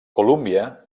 columbia